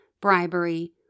bribery